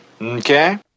Okay